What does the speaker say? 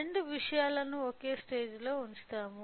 రెండు విషయాలను ఒకే స్టేజి లో ఉంచుతాను